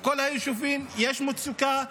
בכל היישובים יש מצוקה.